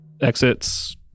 exits